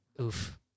Oof